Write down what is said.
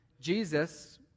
Jesus